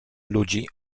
ludzi